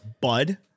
bud